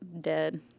dead